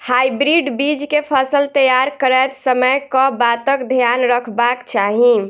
Hybrid बीज केँ फसल तैयार करैत समय कऽ बातक ध्यान रखबाक चाहि?